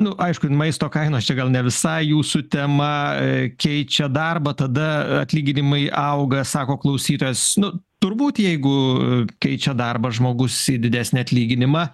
nu aišku maisto kainos čia gal ne visai jūsų tema keičia darbą tada atlyginimai auga sako klausytojas nu turbūt jeigu keičia darbą žmogus į didesnį atlyginimą